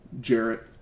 Jarrett